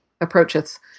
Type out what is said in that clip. approaches